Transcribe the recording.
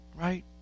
Right